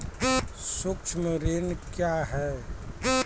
सुक्ष्म ऋण क्या हैं?